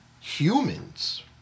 Humans